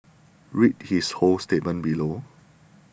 read his whole statement below